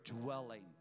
dwelling